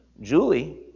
Julie